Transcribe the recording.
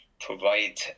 provide